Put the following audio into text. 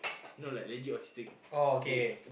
no like legit autistic head